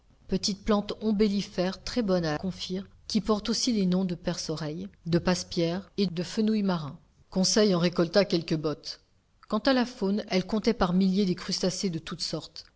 petite plante ombellifère très bonne à confire qui porte aussi les noms de perce pierre de passe pierre et de fenouil marin conseil en récolta quelques bottes quant à la faune elle comptait pas milliers des crustacés de toutes sortes